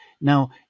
Now